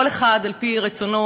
כל אחד על-פי רצונו,